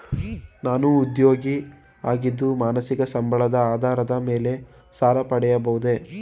ನಾನು ಉದ್ಯೋಗಿ ಆಗಿದ್ದು ಮಾಸಿಕ ಸಂಬಳದ ಆಧಾರದ ಮೇಲೆ ಸಾಲ ಪಡೆಯಬಹುದೇ?